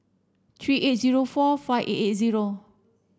three eight zero four five eight eight zero